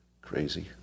Crazy